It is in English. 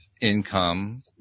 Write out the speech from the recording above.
income